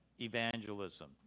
evangelism